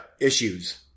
issues